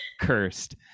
cursed